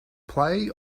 play